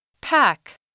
pack